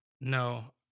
No